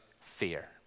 fear